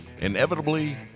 Inevitably